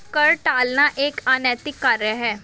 कर टालना एक अनैतिक कार्य है